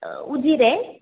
Ujire